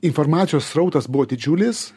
informacijos srautas buvo didžiulis